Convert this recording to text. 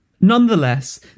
Nonetheless